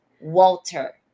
Walter